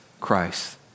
Christ